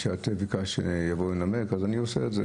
שאתם ביקשתם שאבוא לנמק אז אני עושה את זה.